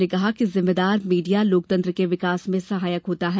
लोकसभा अध्यक्ष ने कहा कि जिम्मेदार मीडिया लोकतंत्र के विकास में सहायक होता है